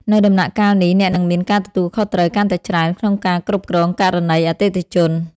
នៅដំណាក់កាលនេះ អ្នកនឹងមានការទទួលខុសត្រូវកាន់តែច្រើនក្នុងការគ្រប់គ្រងករណីអតិថិជន។